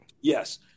Yes